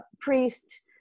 priest